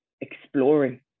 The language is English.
exploring